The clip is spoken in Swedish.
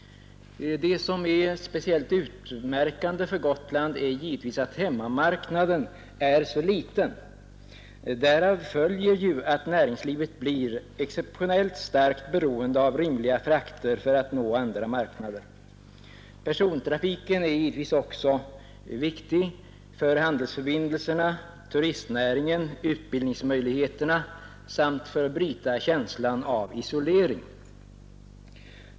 Speciellt utmärkande för Gotland är att hemmamarknaden är liten. Därav följer att näringslivet blir exceptionellt starkt beroende av rimliga frakter för att nå andra marknader. Persontrafiken är givetvis också viktig för handelsförbindelserna, turistnäringen och utbildningsmöjligheterna samt för att bryta känslan av isolering.